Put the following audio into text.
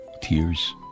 tears